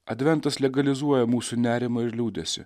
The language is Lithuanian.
adventas legalizuoja mūsų nerimą ir liūdesį